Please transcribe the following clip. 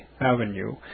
Avenue